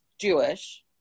Jewish